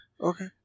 Okay